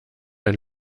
ein